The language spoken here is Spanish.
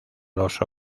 los